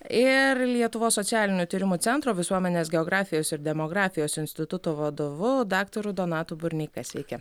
ir lietuvos socialinių tyrimų centro visuomenės geografijos ir demografijos instituto vadovu daktaru donatu burneika sveiki